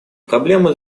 проблемы